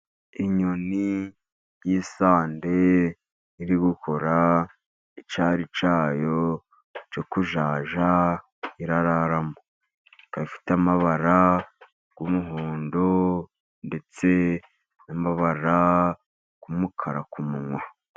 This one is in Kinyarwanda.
Inyoni y'isandi iri gukora icyari cyayo cyo kuzajya ibamo, ikaba ifite amabara y'umuhondo, ndetse n'amabara y'umukara ku munwa.